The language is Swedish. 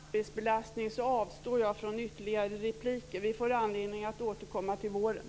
Fru talman! Av hänsyn till kammarens arbetsbelastning avstår jag från ytterligare repliker. Vi får anledning att återkomma till våren.